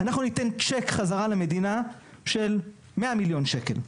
אנחנו ניתן צ'ק חזרה למדינה של 100 מיליון שקל,